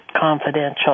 confidential